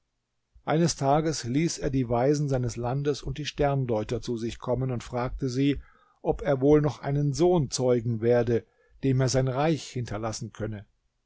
eines tages ließ er die weisen seines landes und die sterndeuter zu sich kommen und fragte sie ob er wohl noch einen sohn zeugen werde dem er sein reich hinterlassen könne